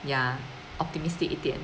ya optimistic 一点